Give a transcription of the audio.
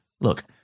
look